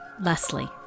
Leslie